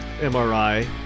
MRI